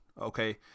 Okay